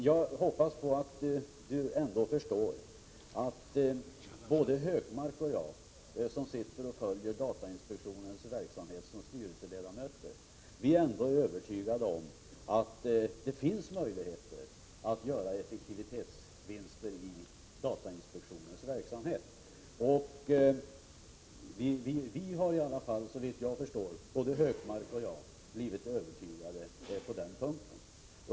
Jag hoppas då att Margitta Edgren ändå förstår att Gunnar Hökmark och jag, som följer datainspektionens verksamhet som styrelseledamöter, är övertygade om att det finns möjligheter att göra effektivitetsvinster i datainspektionens verksamhet.